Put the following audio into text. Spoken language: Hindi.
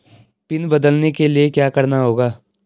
पिन बदलने के लिए क्या करना होगा?